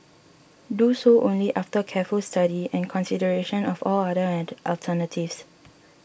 do so only after careful study and consideration of all other alternatives